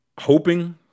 hoping